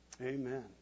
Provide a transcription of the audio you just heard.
Amen